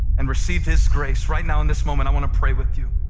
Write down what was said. and receive his grace, right now in this moment i want to pray with you.